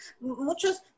Muchos